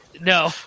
no